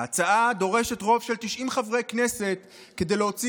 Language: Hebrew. ההצעה דורשת רוב של 90 חברי כנסת כדי להוציא